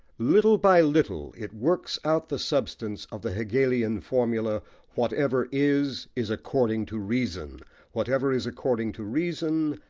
little by little, it works out the substance of the hegelian formula whatever is, is according to reason whatever is according to reason,